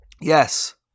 Yes